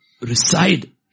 reside